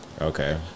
Okay